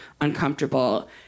uncomfortable